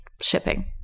shipping